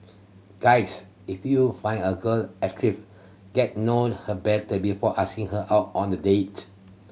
guys if you find a girl get know her better before asking her out on a date